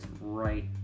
right